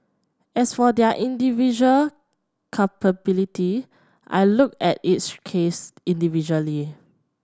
as for their individual culpability I looked at each case individually